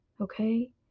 okay